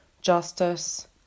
justice